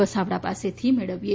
વસાવડા પાસેથી મેળવીએ